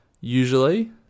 usually